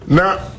Now